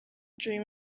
dream